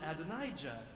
Adonijah